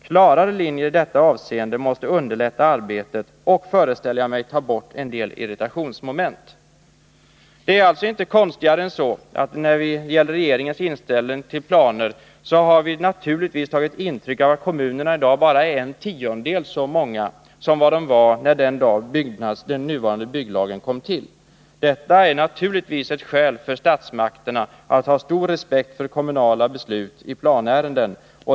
Klarare linjer i detta avseende måste underlätta arbetet och, föreställer jag mig, ta bort en del irritationsmoment.” I regeringens inställning till planer avspeglas att vi naturligtvis har tagit intryck av att kommunerna i dag bara är en tiondel av det antal som fanns då den nuvarande bygglagen kom till — konstigare än så är det inte. Detta är givetvis ett skäl för statsmakterna att ha stor respekt för kommunala beslut i planärenden.